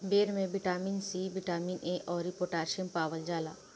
बेर में vitamin C, vitamin A अउरी पोटैशियम पावल जाला